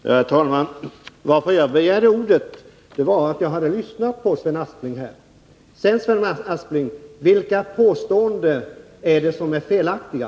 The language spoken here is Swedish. Herr talman! Anledningen till att jag begärde ordet var att jag hade lyssnat på Sven Aspling. Vilka påståenden, Sven Aspling, är det som är felaktiga?